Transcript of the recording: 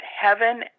heaven